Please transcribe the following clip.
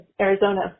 Arizona